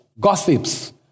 gossips